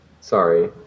sorry